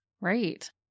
Right